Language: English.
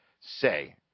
say